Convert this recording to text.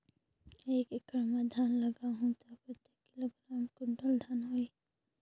एक एकड़ मां धान लगाहु ता कतेक किलोग्राम कुंटल धान होही?